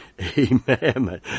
Amen